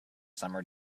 summer